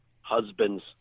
husbands